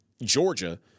Georgia